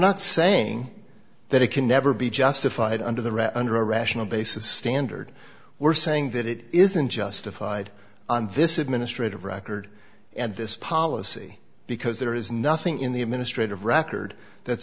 not saying that it can never be justified under the right under a rational basis standard we're saying that it isn't justified on this administrative record and this policy because there is nothing in the administrative record that